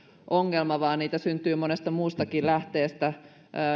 ongelma vaan niitä syntyy monesta muustakin lähteestä